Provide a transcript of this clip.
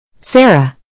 Sarah